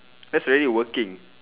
that's already working